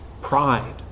pride